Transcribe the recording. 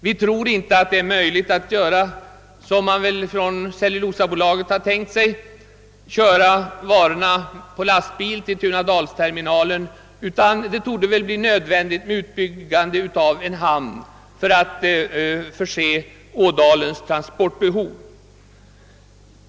Vi tror inte att det är möjligt att göra så, som Cellulosabolaget har tänkt sig, nämligen köra varor på lastbil till Tunadalsterminalen, utan det torde väl bli nödvändigt med utbyggande av en hamn för att tillgodose ådalens transportbehov.